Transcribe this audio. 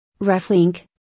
RefLink